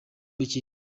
cy’isi